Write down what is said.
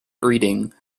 reading